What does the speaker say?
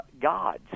gods